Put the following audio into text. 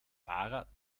fahrer